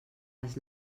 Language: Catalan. les